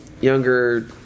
younger